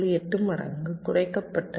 83 மடங்கு குறைக்கப்பட்டது